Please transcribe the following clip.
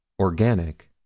organic